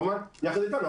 כמובן שיחד אתנו.